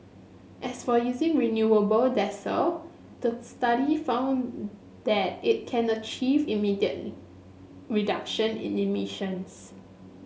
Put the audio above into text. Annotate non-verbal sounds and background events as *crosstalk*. as for using renewable *unintelligible* the study found that it can achieve immediate reduction in emissions